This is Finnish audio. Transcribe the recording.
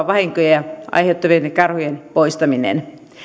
vahinkoja aiheuttavien karhujen poistaminen